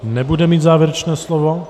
Nebude mít závěrečné slovo.